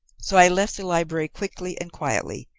so i left the library quickly and quietly,